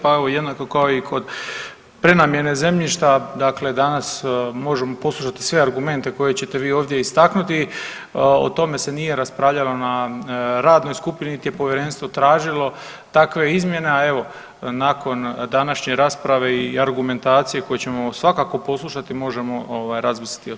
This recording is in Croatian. Pa evo jednako kao i kod prenamjene zemljišta, dakle danas možemo poslušati sve argumente koje ćete vi ovdje istaknuti, o tome se nije raspravljalo na radnoj skupni niti je povjerenstvo tražilo takve izmjene, a evo nakon današnje rasprave i argumentacije koju ćemo svakako poslušati možemo ovaj razmisliti i o tome.